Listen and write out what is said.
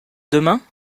demain